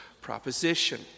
proposition